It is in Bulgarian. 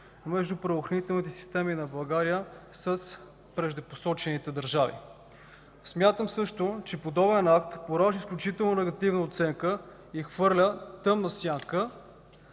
между правоохранителните системи на България с преждепосочените държави. Смятам също, че подобен акт поражда изключително негативна оценка и хвърля тъмна сянка